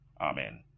Amen